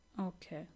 Okay